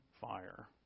fire